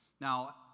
Now